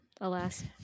Alas